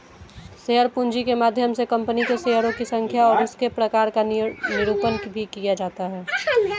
share पूंजी के माध्यम से कंपनी के शेयरों की संख्या और उसके प्रकार का निरूपण भी किया जाता है